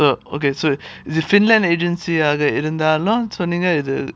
oh okay so it's a finland agency இருந்தாலும் சொன்னீங்க:irunthaalum sonneenga